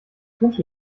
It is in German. wünsche